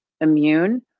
immune